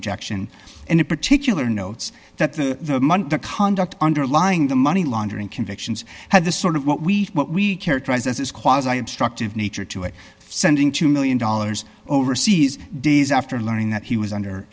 objection and in particular notes that the money to conduct underlying the money laundering convictions had the sort of what we what we characterize as quite as i obstructive nature to it sending two million dollars overseas days after learning that he was under